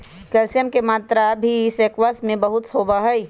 calcium के मात्रा भी स्क्वाश में बहुत होबा हई